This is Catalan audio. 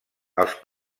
els